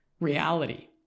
reality